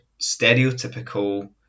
stereotypical